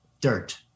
dirt